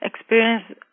experience